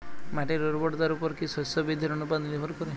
মাটির উর্বরতার উপর কী শস্য বৃদ্ধির অনুপাত নির্ভর করে?